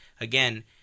again